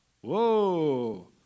whoa